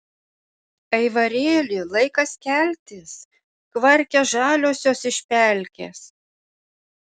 aivarėli laikas keltis kvarkia žaliosios iš pelkės